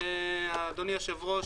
אדוני היושב-ראש,